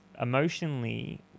emotionally